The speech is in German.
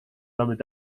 damit